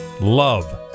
love